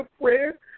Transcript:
Prayer